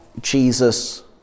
Jesus